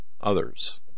others